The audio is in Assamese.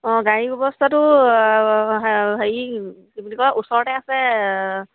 অঁ গাড়ী ব্যৱস্থাটো হেৰি কি বুলি কয় ওচৰতে আছে